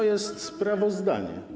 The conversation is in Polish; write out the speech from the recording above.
To jest sprawozdanie.